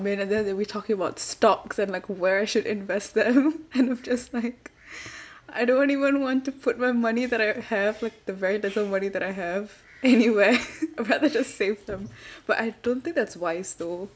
and then we talking about stocks and like where should invest them and I'm just like I don't even want to put my money that I have like the very little money that I have anywhere I rather just save them but I don't think that's wise though